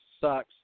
sucks